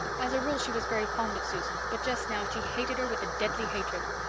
as a rule, she was very fond of susan but just now she hated her with a deadly hatred.